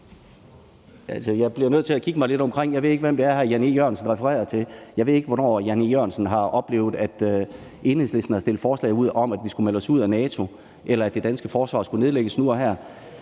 jeg bliver nødt til at kigge mig lidt omkring. Jeg ved ikke, hvem det er, hr. Jan E. Jørgensen refererer til. Jeg ved ikke, hvornår hr. Jan E. Jørgensen har oplevet, at Enhedslisten har stillet forslag om, at vi skulle melde os ud af NATO, eller at det danske forsvar skulle nedlægges nu og her.